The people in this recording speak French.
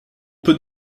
peut